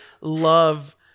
love